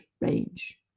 range